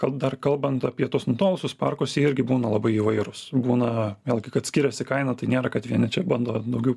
gal dar kalbant apie tuos nutolusius parkus jie irgi būna labai įvairūs būna vėlgi kad skiriasi kaina tai nėra kad vieni čia bando daugiau